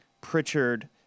Pritchard